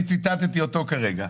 אני ציטטתי אותו כרגע.